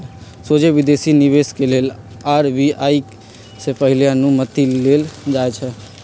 सोझे विदेशी निवेश के लेल आर.बी.आई से पहिले अनुमति लेल जाइ छइ